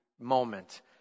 moment